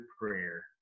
prayer